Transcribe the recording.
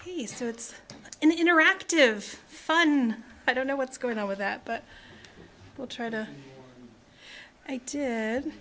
so it's interactive fun i don't know what's going on with that but we'll try to i did